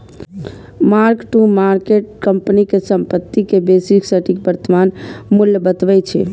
mark to market company के संपत्ति के बेसी सटीक वर्तमान मूल्य बतबै छै